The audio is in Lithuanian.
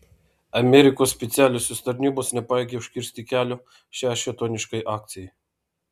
amerikos specialiosios tarnybos nepajėgė užkirsti kelio šiai šėtoniškai akcijai